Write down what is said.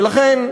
ולכן,